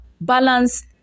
balance